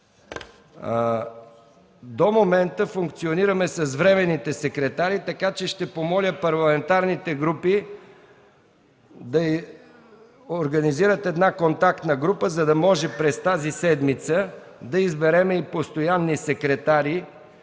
До момента функционираме с временните секретари, така че ще помоля парламентарните групи да организират една контактна група, за да може през тази седмица да изберем и постоянни секретари